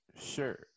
Sure